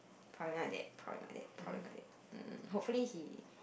probably my dad probably my dad probably my dad mm hopefully he